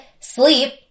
Sleep